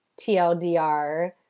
TLDR